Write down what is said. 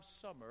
summer